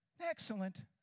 Excellent